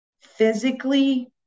physically